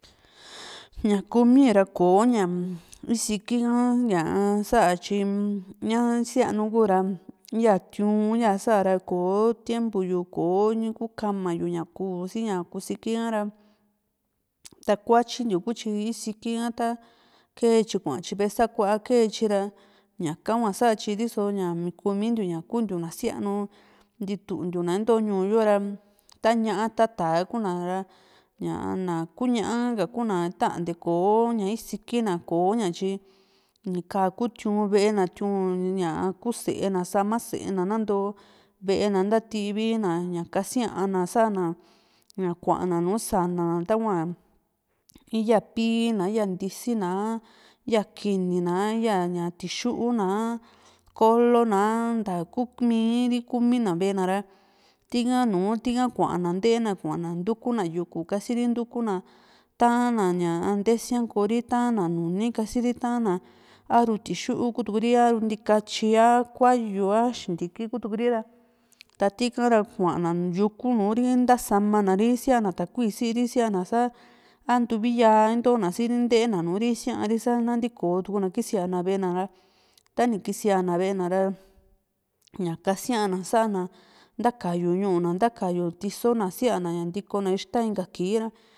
ña kuumi ra koña isiki ha sa´a tyi ña sianu ku´ra ya tìu´n ya tiunsa´ra ko tiempo yu ko kukama yu sia kusiki hará takuatyintiu kutyi isika ha kee tyi kuatyi ve´e sakua kee tyi ra ñaka hua satyi so´ñaa mintiu ña kuntiu na sianu ntituntiu na nto ñuu yo´ra ta ñá´a ta taa kuna ra ñaa na ku ñá´a ha kuna na tantee ko´ña isiki na koña tyi nika ku tìu´n ve´e na tìu´n kuu sée na ku sama sée na naanto ve+ e na ntativi na ña kasiana sana ñakua na nu sanana tahua íya pí´i na iya ntisi na a yaa kini na a yaa tixu naa a kolo naa ntaku ku miri kumi na ve´e na´ra tii ha nùù tiha kuana nteena kuana ntukuna yuku kasiri ntukuna taana ña ntesia koó ri tana nuni kasiri tana a ru tixu Kuria ntikatyi a kuayu a a xintiki Kuri ra ta tika ra kuaana yuku Nuri ntasamana ri siana takui siri siana sa ntuuvi yaa ntona nteena Nuri siaari sa ntiiko tukuna kisia na ve´e na ra tani kisìa na ve´e na ra ñaka kasia na sana ntakayu ñu´u na ntakayu tiso na síána ña ntiko na ixta inka kii ra